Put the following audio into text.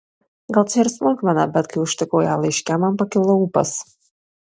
gal čia ir smulkmena bet kai užtikau ją laiške man pakilo ūpas